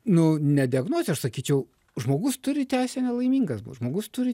nu ne diagnozė aš sakyčiau žmogus turi teisę nelaimingas būt žmogus turi